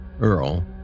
Earl